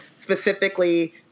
specifically